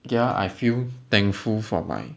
ya I feel thankful for my